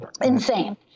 Insane